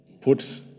put